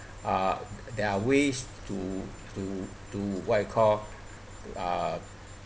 uh there are ways to to to what you call uh